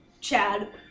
Chad